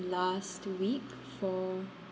last two week for